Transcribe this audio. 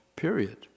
Period